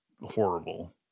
horrible